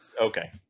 Okay